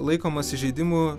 laikomas įžeidimu